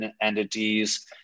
entities